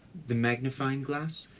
the magnifying glass?